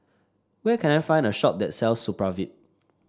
where can I find a shop that sells Supravit